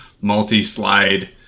multi-slide